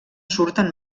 surten